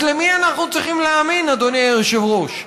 אז למי אנחנו צריכים להאמין, אדוני היושב-ראש,